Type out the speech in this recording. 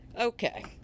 Okay